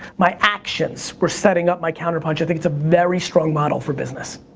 my actions were setting up my counter-punch. i think it's a very strong model for business.